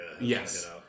Yes